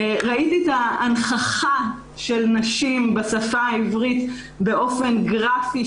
ראיתי את ההנכחה של נשים בשפה העברית באופן גרפי,